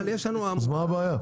אז מה הבעיה.